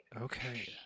Okay